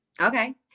Okay